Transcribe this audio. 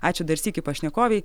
ačiū dar sykį pašnekovei